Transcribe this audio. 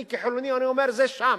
אני, כחילוני, אני אומר: זה שם,